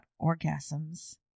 orgasms